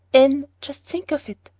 anne, just think of it!